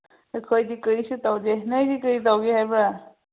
ꯑꯩꯈꯣꯏꯗꯤ ꯀꯔꯤꯁꯨ ꯇꯧꯗꯦ ꯅꯣꯏꯗꯤ ꯀꯔꯤ ꯇꯧꯒꯦ ꯍꯥꯏꯕ꯭ꯔ